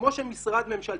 כמו שמשרד ממשלתי,